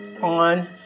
on